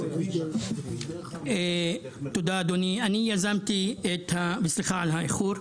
תודה, אדוני, וסליחה על האיחור.